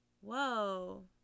Whoa